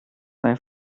sei